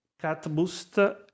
CatBoost